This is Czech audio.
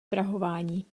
prahování